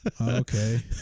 Okay